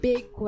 Big